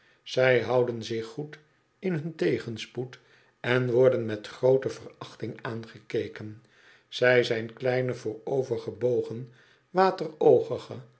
zij houden zich goed in hun tegenspoed en worden met groote verachting aangekeken zij zijn kleine voorovergebogen